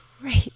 great